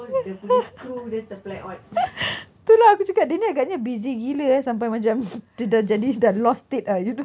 tu lah aku cakap dia ni agaknya busy gila eh sampai macam dia dah jadi dah lost it ah you know